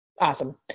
Awesome